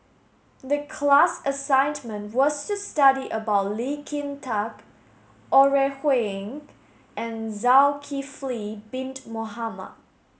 the class assignment was to study about Lee Kin Tat Ore Huiying and Zulkifli bin Mohamed